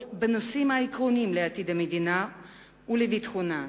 בנושאים העקרוניים לעתיד המדינה ולביטחונה.